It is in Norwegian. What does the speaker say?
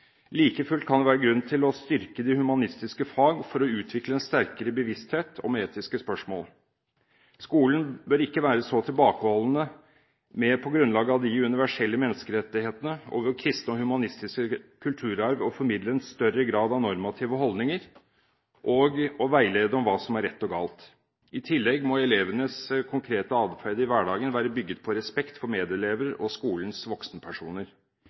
Like fullt kan det være grunn til å styrke de humanistiske fag for å utvikle en sterkere bevissthet om etiske spørsmål. Skolen bør ikke være så tilbakeholdende med å formidle en større grad av normative holdninger og å veilede om hva som er rett og galt, på grunnlag av de universelle menneskerettighetene og vår kristne og humanistiske kulturarv. I tillegg må elevenes konkrete adferd i hverdagen være bygget på respekt for medelever og skolens voksenpersoner.